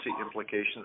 implications